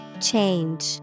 Change